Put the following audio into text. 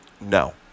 No